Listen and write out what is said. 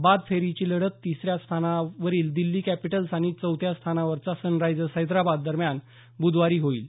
बाद फेरीची लढत तिसऱ्या स्थानावरील दिल्ली कॅपिटल्स आणि चौथ्या स्थानावरचा सनराइझर्स हैदराबाद दरम्यान बुधवारी होईल